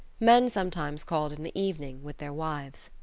men sometimes called in the evening with their wives.